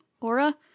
Aura